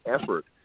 effort